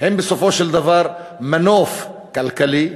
הם בסופו של דבר מנוף כלכלי.